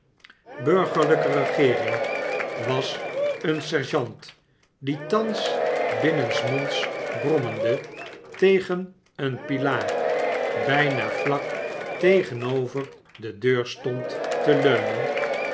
urgerlijke regeering was een sergeant die thans binnensmonds taommende tegen een pilaar bijna vlak tegenover de deur stond te leunen